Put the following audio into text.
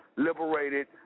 Liberated